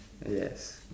yes